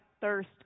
thirst